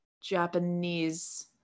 japanese